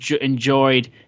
enjoyed